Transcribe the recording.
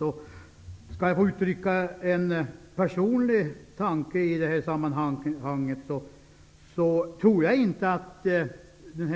Om jag skall uttrycka en personlig tanke, tror jag inte att